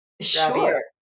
Sure